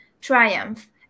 triumph